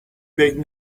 big